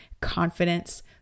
confidence